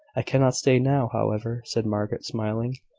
i cannot stay now, however, said margaret, smiling.